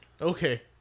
Okay